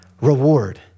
reward